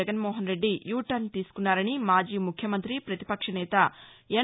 Jaganmohan Reddy U turn తీసుకున్నారని మాజీ ముఖ్యమంతి ప్రతిపక్షనేత ఎన్